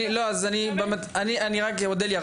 אז רק אודליה,